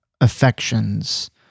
affections